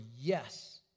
yes